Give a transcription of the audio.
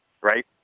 right